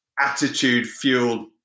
attitude-fueled